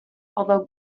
although